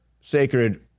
sacred